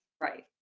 Right